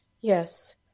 Yes